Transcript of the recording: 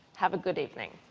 have a good evening.